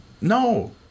no